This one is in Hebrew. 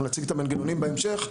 אנחנו נציג את המנגנונים בהמשך,